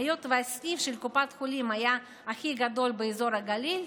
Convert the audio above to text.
היות שסניף קופת החולים הכי גדול היה באזור הגליל,